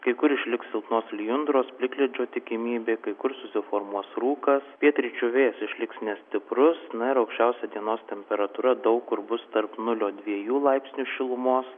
kai kur išliks silpnos lijundros plikledžio tikimybė kai kur susiformuos rūkas pietryčių vėjas išliks nestiprus na ir aukščiausia dienos temperatūra daug kur bus tarp nuliso dviejų laipsnių šilumos